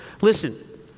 Listen